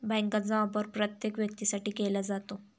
बँकांचा वापर प्रत्येक व्यक्तीसाठी केला जातो